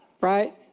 Right